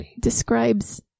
describes